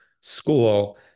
school